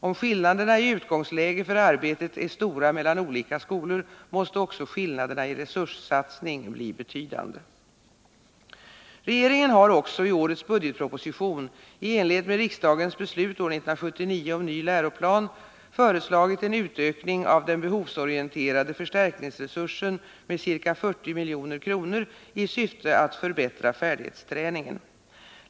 Om skillnaderna i utgångsläge för arbetet är stora mellan olika skolor, måste också skillnaderna i resurssatsning bli betydande.” Regeringen har också i årets budgetproposition, i enlighet med riksdagens beslut år 1979 om ny läroplan, föreslagit en utökning av den behovsorienterade förstärkningsresursen med ca 40 milj.kr. i syfte att förbättra färdighetsträningen.